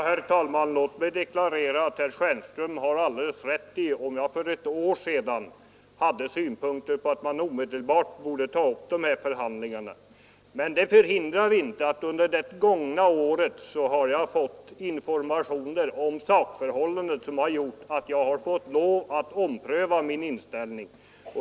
Herr talman! Låt mig konstatera att herr Stjernström har alldeles rätt när han säger att jag för ett år sedan ansåg att dessa förhandlingar omedelbart borde tas upp. Men under det gångna året har jag fått informationer om sakförhållandet vilka gjort att jag måst ompröva min inställning.